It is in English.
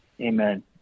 Amen